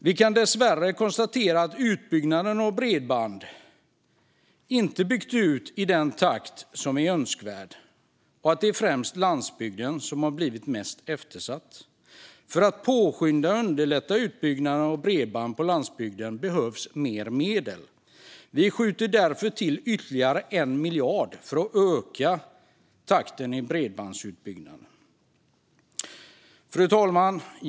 Vi kan dessvärre konstatera att utbyggnaden av bredband inte skett i den takt som är önskvärd och att det är landsbygden som blivit mest eftersatt. För att påskynda och underlätta utbyggnaden av bredband på landsbygden behövs mer medel. Vi skjuter därför till ytterligare 1 miljard för att öka takten i bredbandsutbyggnaden. Fru talman!